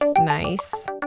Nice